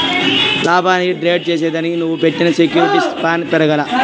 లాభానికి ట్రేడ్ చేసిదానికి నువ్వు పెట్టిన సెక్యూర్టీలు సాన పెరగాల్ల